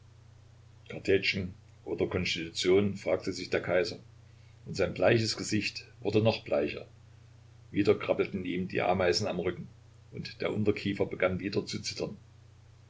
kartätschen oder konstitution fragte sich der kaiser und sein bleiches gesicht wurde noch bleicher wieder krabbelten ihm die ameisen am rücken und der unterkiefer begann wieder zu zittern